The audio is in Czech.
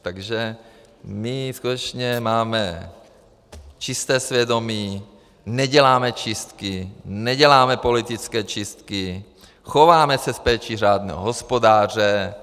Takže my skutečně máme čisté svědomí, neděláme čistky, neděláme politické čistky, chováme se s péčí řádného hospodáře.